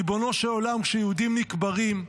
ריבונו של עולם, כשיהודים נקברים,